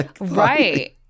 Right